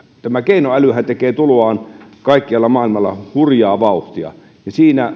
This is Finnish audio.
tämä keinoälyhän tekee tuloaan kaikkialla maailmalla hurjaa vauhtia ja siinä